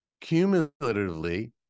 cumulatively